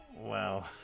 Wow